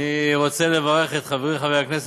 ואני רוצה לענות לך כאדם,